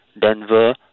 Denver